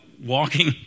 walking